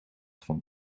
van